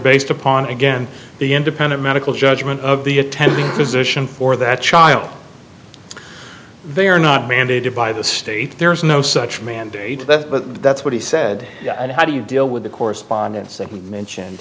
based upon again the independent medical judgment of the attending physician for that child they are not mandated by the state there is no such mandate that but that's what he said and how do you deal with the correspondence that we mentioned